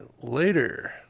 later